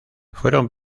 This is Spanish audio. fueron